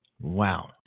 Wow